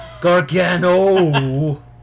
Gargano